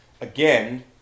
again